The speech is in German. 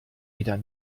wieder